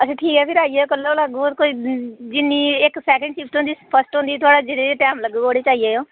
अच्छा ठीक ऐ ते फिर आई जाएओ कल कोला अग्गूं दा कोई जिन्नी इक सैकेंड शिफ्ट होंदी फर्स्ट होंदी थुआढ़ा जेल्लै टैम लग्गग ते ओह्दे च आई जाएओ